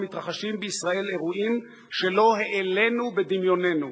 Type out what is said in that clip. מתרחשים בישראל אירועים שלא העלינו בדמיוננו.